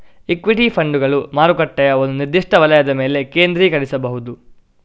equity ಫಂಡುಗಳು ಮಾರುಕಟ್ಟೆಯ ಒಂದು ನಿರ್ದಿಷ್ಟ ವಲಯದ ಮೇಲೆ ಕೇಂದ್ರೀಕರಿಸಬಹುದು